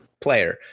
player